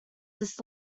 this